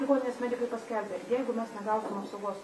ligoninės medikai paskelbė jeigu mes negausim apsaugos